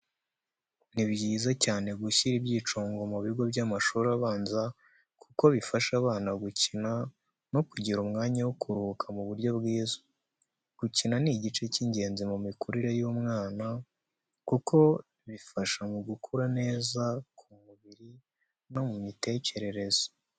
Ni byiza cyane gushyira ibyicungo mu bigo by’amashuri abanza kuko bifasha abana gukina no kugira umwanya wo kuruhuka mu buryo bwiza. Gukina ni igice cy’ingenzi mu mikurire y’umwana, kuko bifasha mu gukura neza ku mubiri no mu mitekerereze.